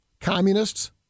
communists